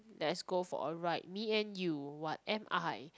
let's go for a ride me and you what am I